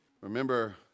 remember